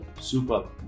Super